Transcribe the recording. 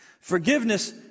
Forgiveness